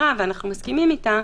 ואז יש רשימה של כל מיני